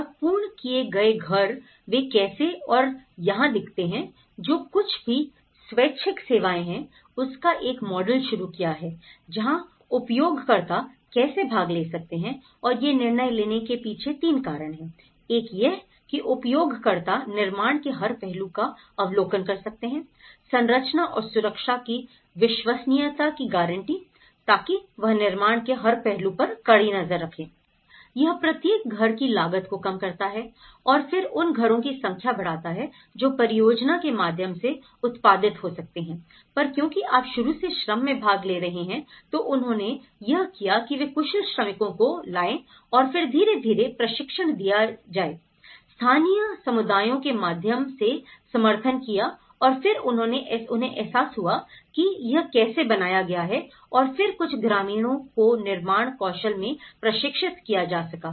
और पूर्ण किए गए घर वे कैसे और यहाँ दिखते हैं जो कुछ भी स्वैच्छिक सेवाएं हैं उसका एक मॉडल शुरू किया है जहां उपयोगकर्ता कैसे भाग ले सकते हैं और ये निर्णय लेने के पीछे तीन कारण हैं एक यह है कि उपयोगकर्ता निर्माण के हर पहलू का अवलोकन कर सकते हैं संरचना और सुरक्षा की विश्वसनीयता की गारंटी ताकि वह निर्माण के हर पहलू पर कड़ी नजर रखेंI यह प्रत्येक घर की लागत को कम करता है और फिर उन घरों की संख्या बढ़ाता है जो परियोजना के माध्यम से उत्पादित हो सकते हैं पर क्योंकि आप शुरू से श्रम में भाग ले रहे हैं तो उन्होंने यह किया कि वे कुशल श्रमिक को लाए और फिर धीरे धीरे प्रशिक्षण दिया गयाI स्थानीय समुदायों के माध्यम से समर्थन किया और फिर उन्हें एहसास हुआ कि यह कैसे बनाया गया है और फिर कुछ ग्रामीणों को निर्माण कौशल में प्रशिक्षित किया जा सका